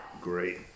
Great